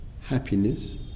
happiness